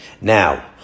Now